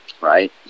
right